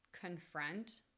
confront